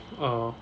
oh